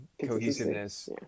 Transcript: cohesiveness